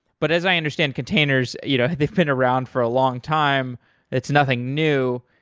but as i understand, containers, you know they've been around for a longtime. it's nothing new.